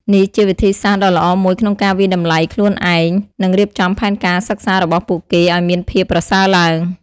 នេះជាវិធីសាស្ត្រដ៏ល្អមួយក្នុងការវាយតម្លៃខ្លួនឯង និងរៀបចំផែនការសិក្សារបស់ពួកគេឲ្យមានភាពប្រសើរឡើង។